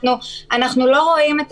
זה מעשים שקורים כל